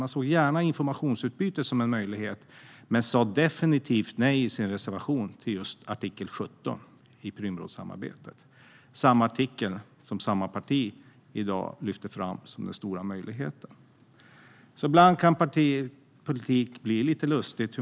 Man såg gärna informationsutbyte som en möjlighet, men i sin reservation sa man definitivt nej till artikel 17 i Prümrådssamarbetet - samma artikel som samma parti i dag lyfter fram som den stora möjligheten. Ibland kan alltså partipolitik bli lite lustig.